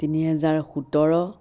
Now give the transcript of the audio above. তিনি হেজাৰ সোতৰ